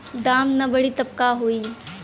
दाम ना बढ़ी तब का होई